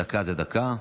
דקה זה דקה.